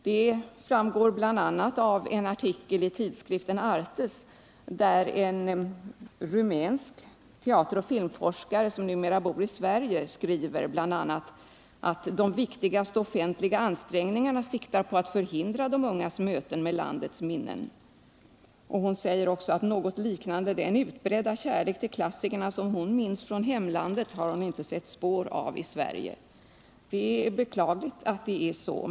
Det framgår bl.a. av en artikel i tidskriften Artes, där en rumänsk teateroch filmforskare, som numera bor i Sverige, säger att de ”viktigaste offentliga ansträngningarna siktar på att förhindra de ungas möten med landets minnen”. Hon säger också: ”Något liknande den utbredda kärlek till klassikerna som hon minns från hemlandet har hon inte sett ett spår av i Sverige.” Det är beklagligt att det är så.